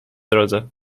drodze